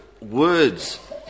words